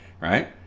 right